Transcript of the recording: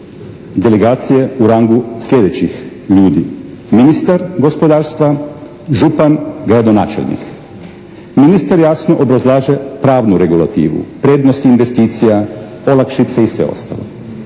delegacije u rangu sljedećih ljudi, ministar gospodarstva, župan, gradonačelnik. Ministar jasno obrazlaže pravnu regulativu, prednosti investicija, olakšice i sve ostalo.